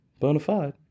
Bonafide